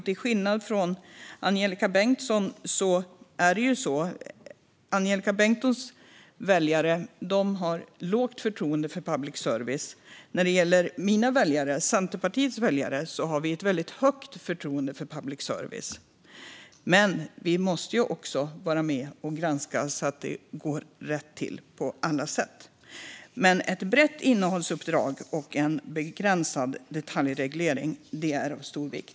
Till skillnad från Angelika Bengtssons väljare, som har lågt förtroende för public service, har mina och Centerpartiets väljare väldigt högt förtroende för public service. Men vi måste också vara med och granska så att det går rätt till på alla sätt. Ett brett innehållsuppdrag och en begränsad detaljreglering är av stor vikt.